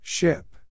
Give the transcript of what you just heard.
Ship